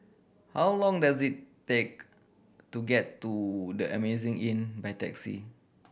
how long does it take to get to The Amazing Inn by taxi